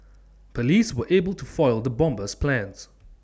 Police were able to foil the bomber's plans